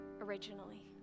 originally